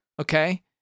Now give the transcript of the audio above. Okay